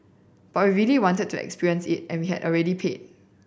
but we really wanted to experience it and we had already paid